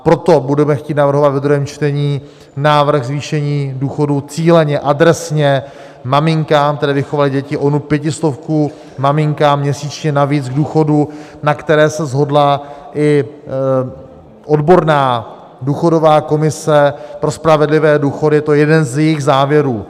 Proto budeme chtít navrhovat ve druhém čtení návrh na zvýšení důchodů cíleně, adresně, maminkám, které vychovaly děti, onu pětistovku maminkám měsíčně navíc k důchodu, na které se shodla i odborná důchodová komise pro spravedlivé důchody, je to jeden z jejích závěrů.